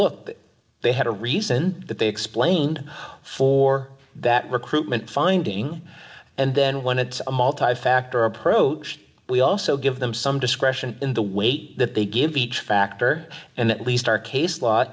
look they had a reason that they explained for that recruitment finding and then when it multi factor approach we also give them some discretion in the weight that they give each factor and at least our case l